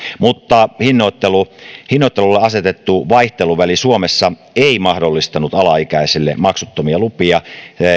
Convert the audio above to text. mutta hinnoittelulle asetettu vaihteluväli suomessa ei mahdollistanut alaikäisille maksuttomia lupia